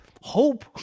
hope